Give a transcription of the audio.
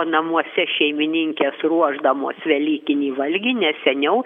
namuose šeimininkės ruošdamos velykinį valgį nes seniau